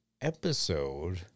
episode